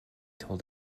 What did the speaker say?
told